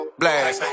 blast